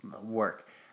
work